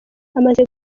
amaze